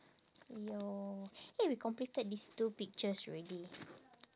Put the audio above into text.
!aiyo! eh we completed these two pictures already